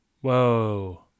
Whoa